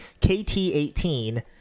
kt18